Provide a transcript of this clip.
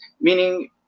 meaning